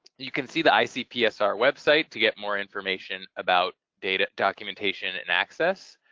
you can see the icpsr website to get more information about data documentation and access.